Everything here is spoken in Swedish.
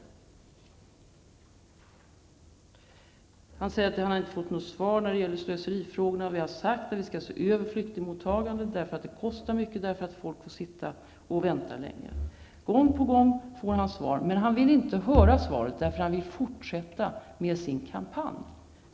Bert Karlsson säger att han inte har fått något svar när det gäller slöserifrågorna. Vi har sagt att vi skall se över flyktingmottagandet därför att det kostar mycket, därför att folk får vänta länge. Gång på gång får han svar. Men han vill inte höra svaren, därför att han vill fortsätta med sin egen kampanj.